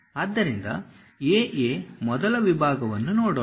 ಆದ್ದರಿಂದ A A ಮೊದಲ ವಿಭಾಗವನ್ನು ನೋಡೋಣ